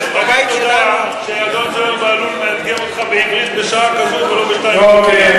תגיד תודה שאדון זוהיר בהלול מאתגר אותך בעברית בשעה כזו ולא ב-02:00.